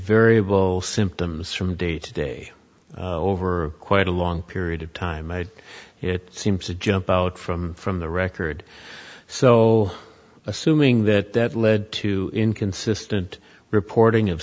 variable symptoms from day to day over quite a long period of time i had it seems to jump out from from the record so assuming that that led to inconsistent reporting of